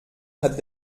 hat